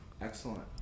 Excellent